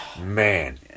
man